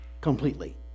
completely